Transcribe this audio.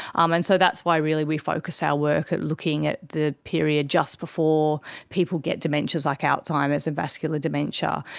um and so that's why really we focus our work at looking at the period just before people get dementias like alzheimer's and vascular dementia.